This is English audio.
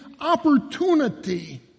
opportunity